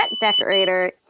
decorator